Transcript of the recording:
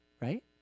right